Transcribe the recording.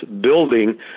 building